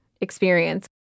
experience